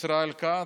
ישראל כץ,